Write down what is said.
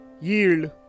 yield